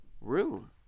room